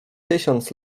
tysiąc